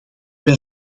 wij